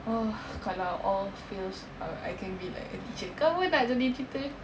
kalau all fails I I can be like a teacher kau pun nak jadi teacher